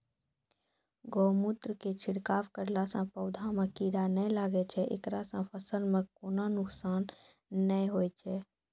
गोमुत्र के छिड़काव करला से पौधा मे कीड़ा नैय लागै छै ऐकरा से फसल मे कोनो नुकसान नैय होय छै?